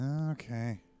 Okay